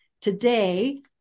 Today